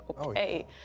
okay